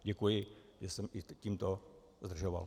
Děkuji, že jsem i tímto zdržoval.